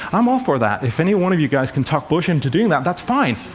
i'm all for that. if any one of you guys can talk bush into doing that, that's fine.